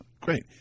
Great